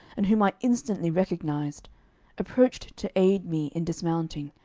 and whom i instantly recognised approached to aid me in dismounting,